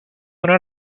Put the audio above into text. una